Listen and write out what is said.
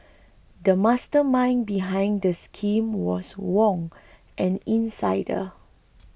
the mastermind behind the scheme was Wong an insider